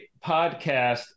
podcast